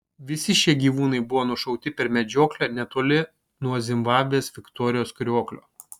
visi šie gyvūnai buvo nušauti per medžioklę netoli nuo zimbabvės viktorijos krioklio